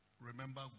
remember